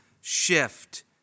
shift